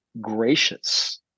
gracious